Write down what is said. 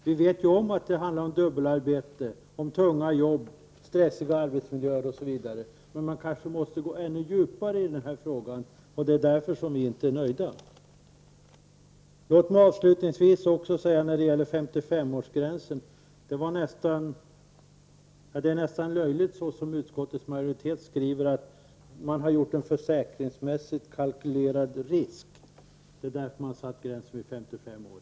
Vi vet ju att det handlar om dubbelarbete, om tunga jobb, om stressiga arbetsmiljöer, osv., men man kanske måste gå djupare i den frågan, och det är därför vi inte är nöjda. Låt mig avslutningsvis också säga några ord om 55-årsgränsen. Det är nästan löjligt att skriva så som utskottsmajoriteten gör, att man på grund av en försäkringsmässigt kalkylerad risk har satt gränsen vid 55 år.